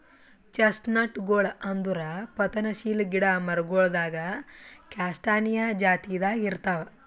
ಚೆಸ್ಟ್ನಟ್ಗೊಳ್ ಅಂದುರ್ ಪತನಶೀಲ ಗಿಡ ಮರಗೊಳ್ದಾಗ್ ಕ್ಯಾಸ್ಟಾನಿಯಾ ಜಾತಿದಾಗ್ ಇರ್ತಾವ್